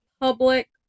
public